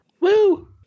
Woo